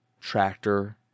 tractor